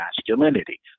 masculinity